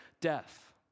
death